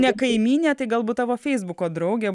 ne kaimynė tai galbūt tavo feisbuko draugė